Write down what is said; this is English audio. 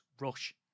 rush